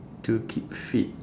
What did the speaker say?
to keep fit